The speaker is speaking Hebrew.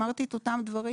אמרתי את אותם דברים,